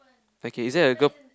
okay is there a girl